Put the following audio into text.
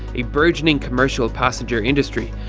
a burgeoning commercial passenger industry,